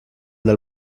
del